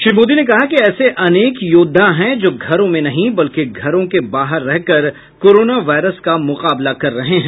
श्री मोदी ने कहा कि ऐसे अनेक योद्वा हैं जो घरों में नहीं बल्कि घरों के बाहर रहकर कोरोना वायरस का मुकाबला कर रहे हैं